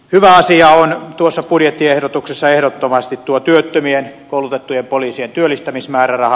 hyvä asia on tuossa budjettiehdotuksessa ehdottomasti työttömien koulutettujen poliisien työllistämismääräraha